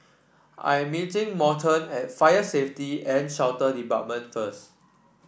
I am meeting Morton at Fire Safety and Shelter Department first